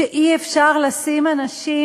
שאי-אפשר לשים אנשים